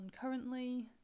currently